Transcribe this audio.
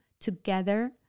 together